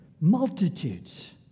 multitudes